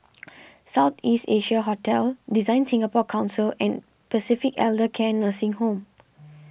South East Asia Hotel Design Singapore Council and Pacific Elder Care Nursing Home